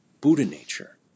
Buddha-nature